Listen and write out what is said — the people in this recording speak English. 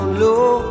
low